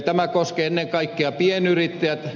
tämä koskee ennen kaikkea pienyrittäjiä